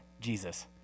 Jesus